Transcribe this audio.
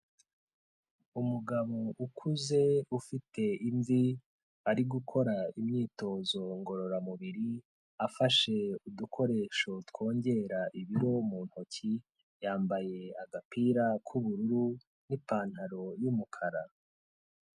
Umugabo ukuze ufite imvi, ari gukora imyitozo ngororamubiri, afashe udukoresho twongera ibiro mu ntoki, yambaye agapira k'ubururu n'ipantaro y'umukara.